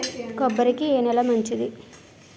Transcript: కొబ్బరి కి ఏ నేల మంచిది?